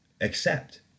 accept